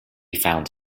found